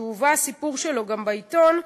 שהסיפור שלו הובא גם בעיתון,